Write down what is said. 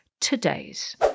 today's